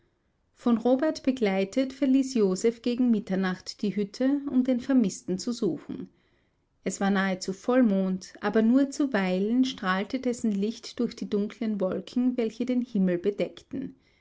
von robert begleitet verließ joseph gegen mitternacht die hütte um den vermißten zu suchen es war nahezu vollmond aber nur zuweilen strahlte dessen licht durch die dunkeln wolken welche den himmel bedeckten